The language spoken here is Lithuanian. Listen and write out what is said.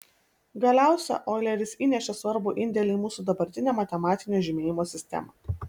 galiausia oileris įnešė svarbų indėlį į mūsų dabartinę matematinio žymėjimo sistemą